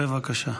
בבקשה.